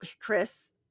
Chris